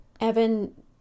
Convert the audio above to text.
Evan